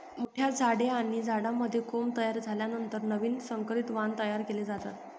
मोठ्या झाडे आणि झाडांमध्ये कोंब तयार झाल्यानंतर नवीन संकरित वाण तयार केले जातात